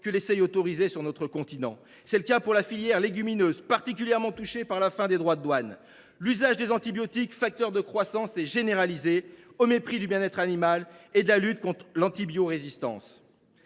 aux seuils autorisés sur notre continent. C’est le cas pour la filière légumineuse, particulièrement touchée par la fin des droits de douane. L’usage des antibiotiques, facteur de croissance, est généralisé, au mépris du bien être animal et de la lutte contre l’antibiorésistance.